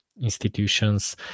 institutions